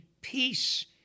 peace